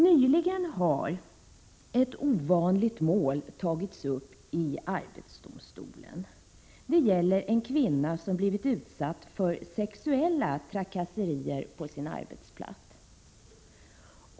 Nyligen har ett ovanligt mål tagits upp i arbetsdomstolen. Det gäller en kvinna som blivit utsatt för sexuella trakasserier på sin arbetsplats.